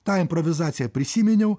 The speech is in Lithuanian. tą improvizaciją prisiminiau